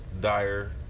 Dire